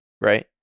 right